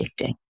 addicting